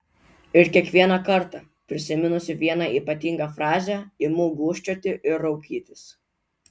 ir kiekvieną kartą prisiminusi vieną ypatingą frazę imu gūžčioti ir raukytis